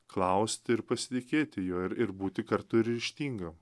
klaust ir pasitikėti juo ir ir būti kartu ir ryžtinga